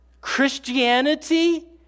Christianity